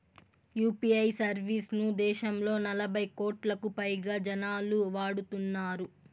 UPI service ను దేశంలో నలభై కోట్లకు పైగా జనాలు వాడుతున్నారు